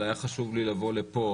חשוב לי להגיע לפה